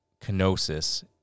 kenosis